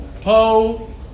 Po